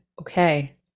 okay